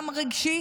גם רגשי,